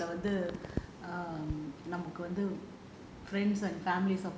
இந்த மாரி:intha maari situation வந்து நமக்கு வந்து:vanthu namakku vanthu